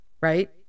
right